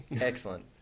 Excellent